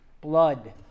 blood